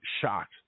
shocked